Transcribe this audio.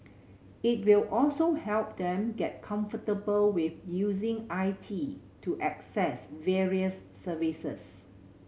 it will also help them get comfortable with using I T to access various services